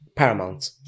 Paramount